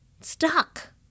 stuck